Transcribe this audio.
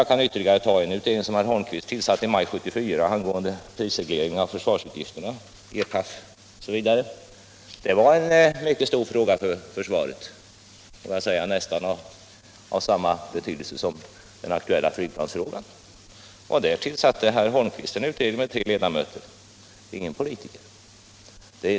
Jag kan som ytterligare ett exempel ta den utredning som herr Holmqvist tillsatte i maj 1974 angående prisreglering av försvarsutgifterna. Det var en mycket stor fråga för försvaret. Den var nästan av samma betydelse som den aktuella flygplansfrågan. Herr Holmqvist tillsatte en utredning med tre ledamöter — ingen politiker.